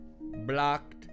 blocked